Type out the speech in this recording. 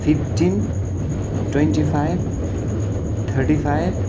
fifteen twenty five thirty five